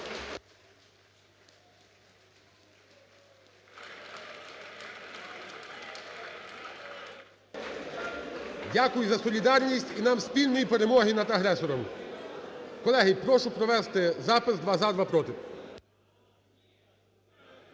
Дякую за солідарність і нам спільної перемоги над агресором. Колеги, і прошу провести запис: два – за,